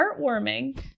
heartwarming